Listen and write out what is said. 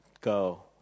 go